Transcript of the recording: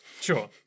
Sure